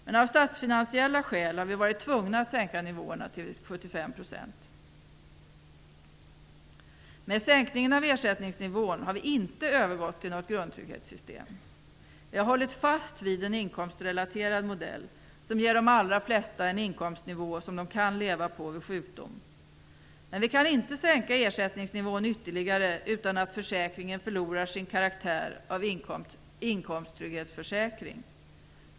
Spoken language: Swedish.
Men av statsfinansiella skäl har vi varit tvungna att sänka nivåerna till 75 %. Med sänkningen av ersättningen har vi inte övergått till något grundtrygghetssystem. Vi har hållit fast vid en inkomstrelaterad modell som ger de allra flesta en inkomstnivå som de kan leva på vid sjukdom. Men vi kan inte sänka ersättningsnivån ytterligare utan att försäkringen förlorar sin karaktär av inkomsttrygghetsförsäkring.